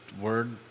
word